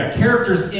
characters